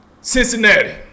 Cincinnati